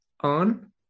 on